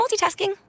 multitasking